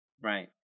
right